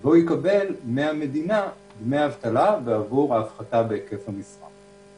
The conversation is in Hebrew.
והוא יקבל מהמדינה דמי אבטלה עבור ההפחתה בהיקף המשרה.